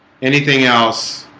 anything else